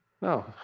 No